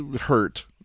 Hurt